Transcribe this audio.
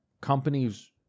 companies